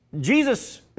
Jesus